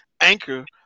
anchor –